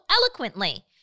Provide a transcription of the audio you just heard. eloquently